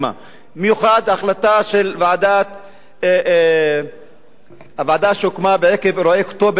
במיוחד ההחלטה של הוועדה שהוקמה עקב אירועי אוקטובר 2000,